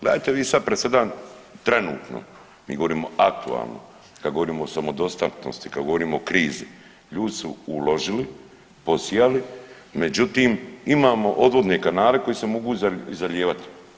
Dajte vi sad presedan trenutno, mi govorimo aktualno, kad govorimo o samodostatnosti, kad govorimo o krizi, ljudi su uložili, posijali međutim imamo odvodne kanale koji se mogu i zalijevati.